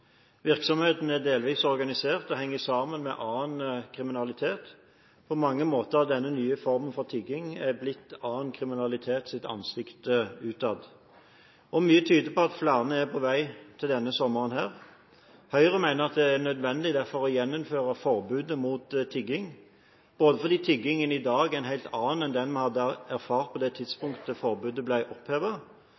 Virksomheten er delvis organisert og henger sammen med annen kriminalitet. På mange måter er denne nye formen for tigging blitt annen kriminalitets ansikt utad. Mye tyder på at flere er på vei denne sommeren. Høyre mener derfor det er nødvendig å gjeninnføre forbudet mot tigging. Dette er fordi tiggingen i dag er en helt annen enn den vi hadde erfart på det